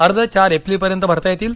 अर्ज चार एप्रिल पर्यंत भरता येतील